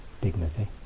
Dignity